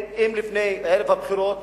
אם לפני ערב הבחירות